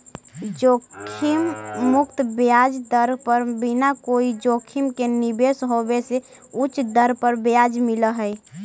जोखिम मुक्त ब्याज दर पर बिना कोई जोखिम के निवेश होवे से उच्च दर पर ब्याज मिलऽ हई